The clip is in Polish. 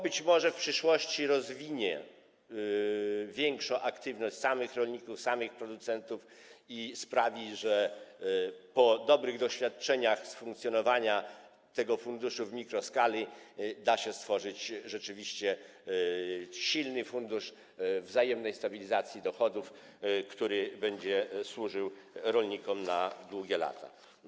Być może w przyszłości rozwinie to większą aktywność samych rolników, producentów i sprawi, że dzięki dobrym doświadczeniom z funkcjonowaniem tego funduszu w mikroskali da się stworzyć rzeczywiście silny fundusz wzajemnej stabilizacji dochodów, który będzie służył rolnikom przez długie lata.